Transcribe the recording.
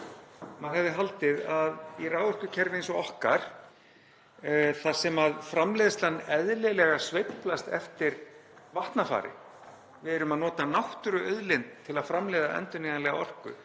Maður hefði haldið að í raforkukerfi eins og okkar þar sem framleiðslan sveiflast eðlilega eftir vatnafari — við erum að nota náttúruauðlind til að framleiða endurnýjanlega orku,